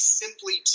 simply